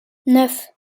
neuf